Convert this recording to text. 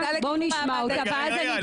עורכת הדין ארבל, בואו נשמע אותה ואז אני אדבר.